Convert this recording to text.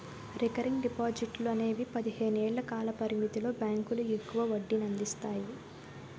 recurring డిపాజిట్లు అనేవి పదిహేను ఏళ్ల కాల పరిమితితో బ్యాంకులు ఎక్కువ వడ్డీనందిస్తాయి